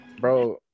bro